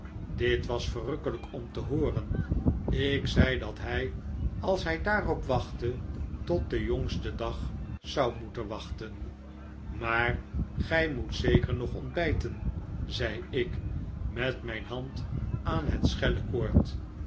dit was verrukkelijk om te hooren ik zei dat hij als hij daarop wachtte tot den jongsten dag zou moeten wachten maar gij moet zeker nog ontbijten zei ik met mijn hand aan het